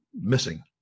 missing